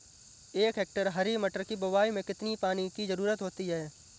एक हेक्टेयर हरी मटर की बुवाई में कितनी पानी की ज़रुरत होती है?